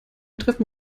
treffen